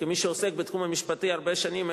כמי שעוסק בתחום המשפטי הרבה שנים,